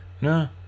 no